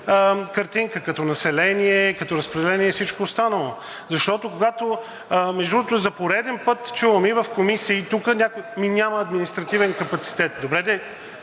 картинка като население, като разпределение и всичко останало? Защото, между другото, за пореден път чувам и в комисиите, и тук: ами, няма административен капацитет! Добре де,